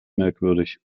merkwürdig